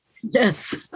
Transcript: Yes